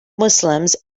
muslims